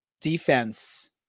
defense